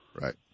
Right